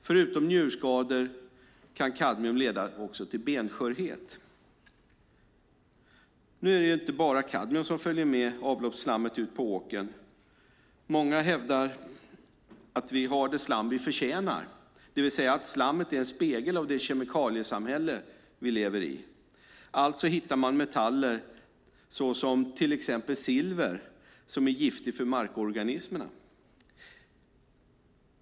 Förutom njurskador kan kadmium leda till benskörhet. Nu är det inte bara kadmium som följer med avloppsslammet ut på åkern. Många hävdar att vi har det slam vi förtjänar, det vill säga att slammet är en spegel av det kemikaliesamhälle vi lever i. Alltså hittar man metaller såsom till exempel silver, som är giftigt för markorganismerna.